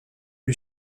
lui